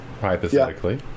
hypothetically